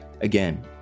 Again